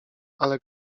ale